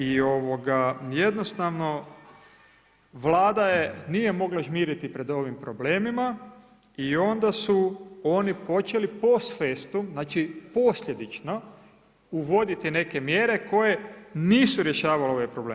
I jednostavno Vlada je, nije mogla žmiriti pred ovim problemima i onda su oni počeli post festum, znači posljedično uvoditi neke mjere koje nisu rješavale ovaj problem.